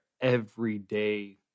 everyday